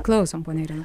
klausom ponia irena